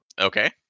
Okay